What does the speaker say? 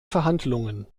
verhandlungen